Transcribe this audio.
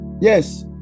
yes